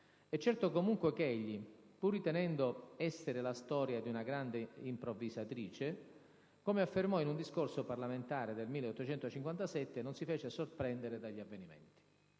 è certo comunque che egli, pur ritenendo «essere la storia una grande improvvisatrice», come affermò in un discorso parlamentare del 1857, non si fece sorprendere dagli avvenimenti.